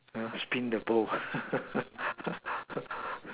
ya spin the bowl